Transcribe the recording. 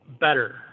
better